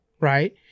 right